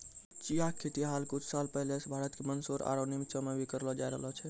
चिया के खेती हाल कुछ साल पहले सॅ भारत के मंदसौर आरो निमच मॅ भी करलो जाय रहलो छै